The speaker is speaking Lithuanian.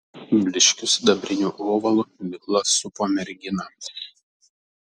blyškiu sidabriniu ovalu migla supo merginą